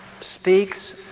speaks